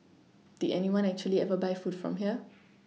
did anyone actually ever buy food from here